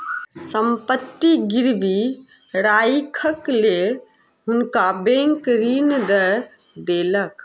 संपत्ति गिरवी राइख के हुनका बैंक ऋण दय देलक